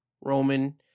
Roman